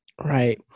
Right